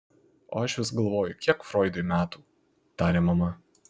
o aš vis galvoju kiek froidui metų tarė mama